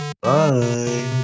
Bye